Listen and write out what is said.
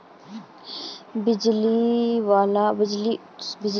बिजली वाला भी कोई मशीन होचे जहा से फसल कटाई करवा सकोहो होबे?